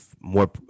more